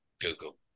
Google